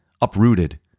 uprooted